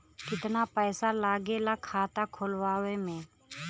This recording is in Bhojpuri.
कितना पैसा लागेला खाता खोलवावे में?